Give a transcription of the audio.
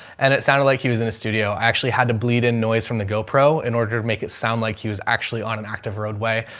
and it sounded like he was in a studio. i actually had to bleed in noise from the gopro in order to make it sound like he was actually on an active roadway,